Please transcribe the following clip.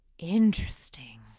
interesting